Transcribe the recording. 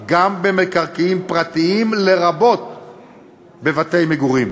גם במקרקעין פרטיים, לרבות בבתי-מגורים.